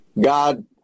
God